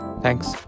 Thanks